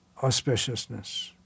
auspiciousness